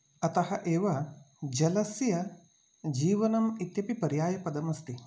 अतः एव जलस्य जीवनम् इत्यपि पर्यायपदम् अस्ति